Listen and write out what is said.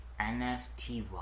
nfty